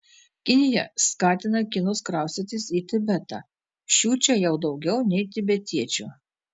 kinija skatina kinus kraustytis į tibetą šių čia jau daugiau nei tibetiečių